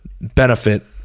benefit